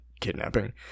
kidnapping